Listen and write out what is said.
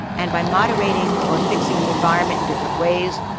and by moderating or fixing the environment in different ways,